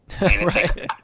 right